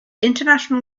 international